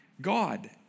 God